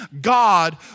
God